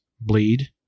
bleed